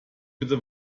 bitte